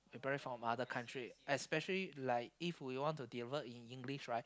buy from other country especially like if we want to develop in English right